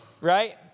Right